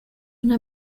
una